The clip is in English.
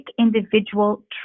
individual